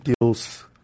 deals